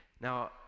Now